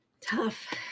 Tough